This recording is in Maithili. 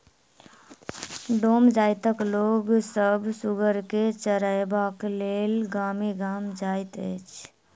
डोम जाइतक लोक सभ सुगर के चरयबाक लेल गामे गाम जाइत छै